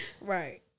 right